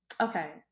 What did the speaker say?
okay